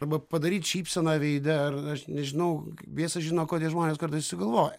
arba padaryt šypseną veide ar aš nežinau biesas žino ko tie žmonės kartais siugalvoja